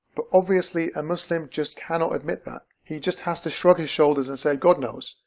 but obviously a muslim just cannot admit that. he just has to shrug his shoulders and say god knows.